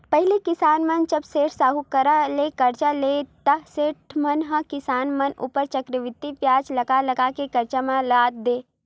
पहिली किसान मन ह जब सेठ, साहूकार करा ले करजा लेवय ता सेठ मन ह किसान मन ऊपर चक्रबृद्धि बियाज लगा लगा के करजा म लाद देय